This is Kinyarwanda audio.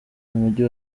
mujyi